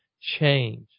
change